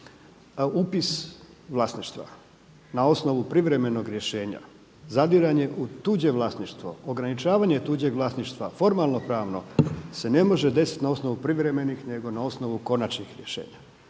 upis vlasništva na osnovu privremenog rješenja, zadiranje u tuđe vlasništvo, ograničavanje tuđeg vlasništva, formalno pravno se ne može desiti na osnovu privremeni nego na osnovu konačnih rješenja.